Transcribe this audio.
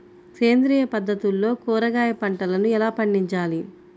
సేంద్రియ పద్ధతుల్లో కూరగాయ పంటలను ఎలా పండించాలి?